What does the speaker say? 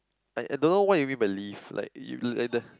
I I don't know why you mean by leaf like you like the